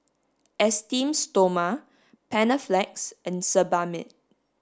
Esteem Stoma Panaflex and Sebamed